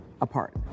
apart